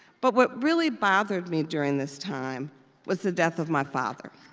but what really bothered me during this time was the death of my father.